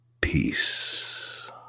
Peace